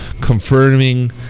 confirming